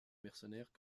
mercenaires